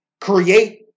create